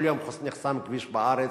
כל יום נחסם כביש בארץ.